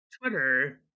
twitter